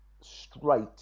straight